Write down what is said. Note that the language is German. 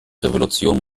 revolution